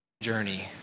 journey